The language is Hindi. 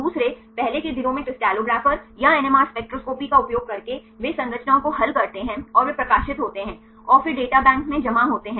दूसरे पहले के दिनों में क्रिस्टलोग्राफर या एनएमआर स्पेक्ट्रोस्कोपी का उपयोग करके वे संरचनाओं को हल करते हैं और वे प्रकाशित होते हैं और फिर डेटाबैंक में जमा होते हैं